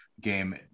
game